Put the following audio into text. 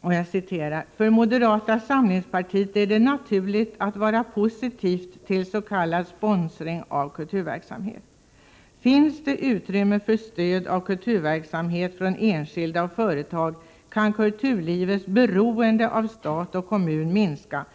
2220 heter det: ”För moderata samlingspartiet är det naturligt att vara positivt till s.k. sponsring av kulturverksamhet. Finns det utrymme för stöd av kulturverksamhet från enskilda och företag kan kulturlivets beroende av stat och kommun minska.